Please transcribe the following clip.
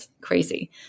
crazy